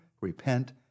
repent